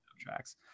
tracks